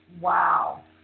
Wow